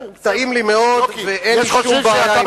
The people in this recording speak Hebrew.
טעים לי מאוד, ואין לי שום בעיה עם העניין הזה.